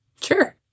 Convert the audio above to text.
Sure